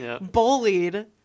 bullied